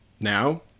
Now